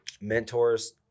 mentors